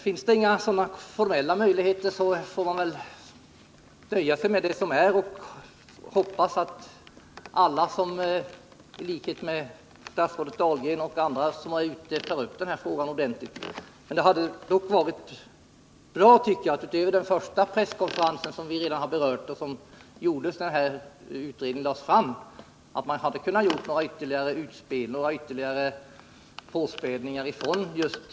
Finns det inga formella möjligheter får vi väl nöja oss med det som är och hoppas att alla, som i likhet med statsrådet Dahlgren arbetar på det här området, tar upp frågan ordentligt. Men jag tycker att det hade varit bra, om man förutom vid den första presskonferensen, som vi här har berört och som hölls då utredningen lades fram, hade kunnat göra några ytterligare påspädningar från departementets sida. Det är dock sådant som får genomslag i debatten och i just massmedia.